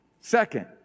Second